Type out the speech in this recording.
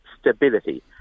stability